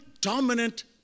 dominant